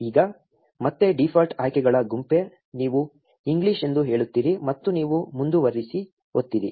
ಈಗ ಮತ್ತೆ ಡೀಫಾಲ್ಟ್ ಆಯ್ಕೆಗಳ ಗುಂಪೇ ನೀವು ಇಂಗ್ಲಿಷ್ ಎಂದು ಹೇಳುತ್ತೀರಿ ಮತ್ತು ನೀವು ಮುಂದುವರಿಸಿ ಒತ್ತಿರಿ